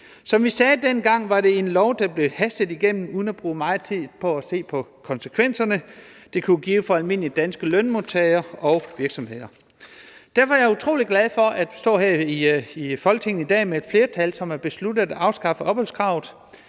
Som vi sagde dengang, var det en lov, der blev hastet igennem, uden at der blev brugt meget tid på at se konsekvenserne, det kunne give for almindelige danske lønmodtagere og virksomheder. Derfor er jeg utrolig glad for, at vi står her i Folketinget i dag med et flertal, som har besluttet at afskaffe opholdskravet